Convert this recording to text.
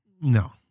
No